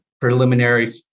preliminary